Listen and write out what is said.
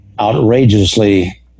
outrageously